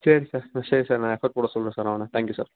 சரி சார் ம் சரி சார் நான் எஃபோர்ட் போட சொல்கிறேன் சார் அவனை தேங்க்யூ சார்